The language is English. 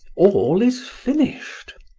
all is finished.